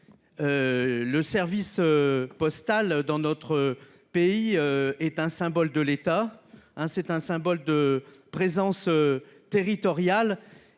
Le service postal dans notre pays est un symbole de l'État et de sa présence territoriale.